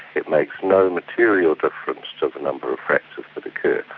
it makes no material difference to the number of fractures that occur.